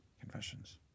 confessions